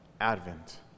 Advent